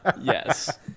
Yes